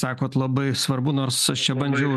sakot labai svarbu nors aš čia bandžiau